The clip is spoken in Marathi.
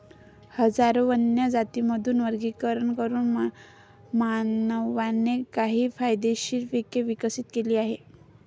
हजारो वन्य जातींमधून वर्गीकरण करून मानवाने काही फायदेशीर पिके विकसित केली आहेत